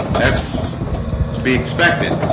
that's to be expected